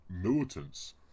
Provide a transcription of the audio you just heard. militants